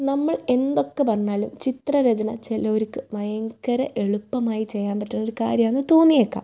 നമ്മൾ എന്തൊക്കെ പറഞ്ഞാലും ചിത്രരചന ചിലർക്ക് ഭയങ്കര എളുപ്പമായി ചെയ്യാൻ പറ്റിയ ഒരു കാര്യമായി തോന്നിയേക്കാം